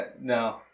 no